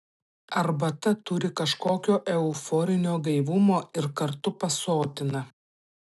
arbata turi kažkokio euforinio gaivumo ir kartu pasotina